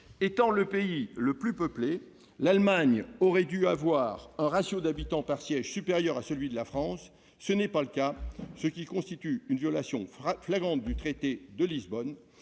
Étant le pays le plus peuplé, l'Allemagne aurait dû avoir un ratio d'habitants par siège supérieur à celui de la France ; ce n'est pas le cas, ce qui constitue une violation flagrante du traité de Lisbonne.